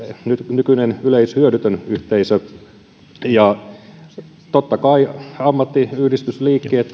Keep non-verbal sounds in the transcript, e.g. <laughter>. nykyinen yleishyödytön yhteisö totta kai ammattiyhdistysliikkeet <unintelligible>